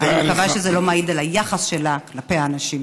אני מקווה שזה לא מעיד על היחס שלה כלפי האנשים.